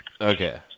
Okay